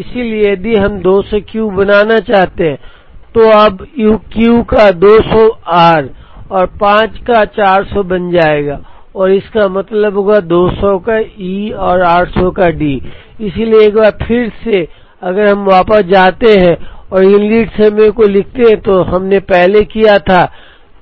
इसलिए यदि हम 200 क्यू बनाना चाहते हैं तो अब Q का 200 R का 200 और S का 400 बन जाएगा और इसका मतलब होगा 200 का E और 800 का D इसलिए एक बार फिर से अगर हम वापस जाते हैं और इन लीड समयों को लिखते हैं तो हमने पहले किया था